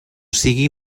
sigui